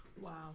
Wow